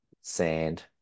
sand